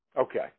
Okay